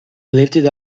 lifted